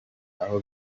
aho